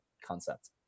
concept